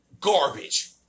garbage